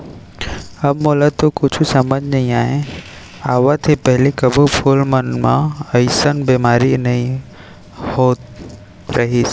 अब मोला तो कुछु समझ म नइ आवत हे, पहिली कभू फूल मन म अइसन बेमारी नइ होत रहिस